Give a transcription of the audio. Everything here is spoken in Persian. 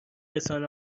رسانه